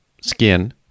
skin